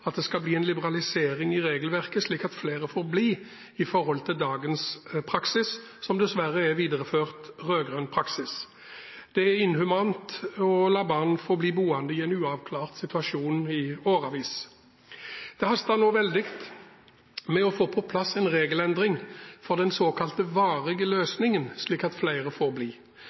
at det skal bli en liberalisering i regelverket, slik at flere får bli i forhold til dagens praksis, som dessverre er videreført rød-grønn praksis. Det er inhumant å la barn få bli boende i en uavklart situasjon i årevis. Det haster nå veldig med å få på plass en regelendring for den såkalt varige løsningen, slik at flere får bli.